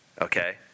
okay